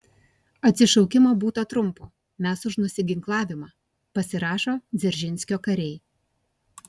atsišaukimo būta trumpo mes už nusiginklavimą pasirašo dzeržinskio kariai